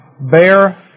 bear